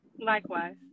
likewise